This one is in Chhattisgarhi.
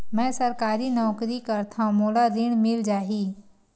मै सरकारी नौकरी करथव मोला ऋण मिल जाही?